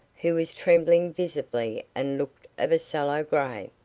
who was trembling visibly, and looked of a sallow grey.